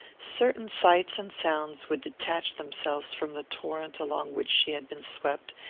certain sights and sounds would detach themselves from the torrent along which she had been swept,